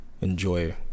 enjoy